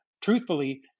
truthfully